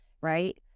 right